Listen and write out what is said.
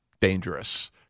dangerous